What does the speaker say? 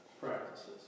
practices